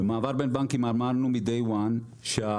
במעבר בין בנקים אמרנו מ-day 1 שלוחות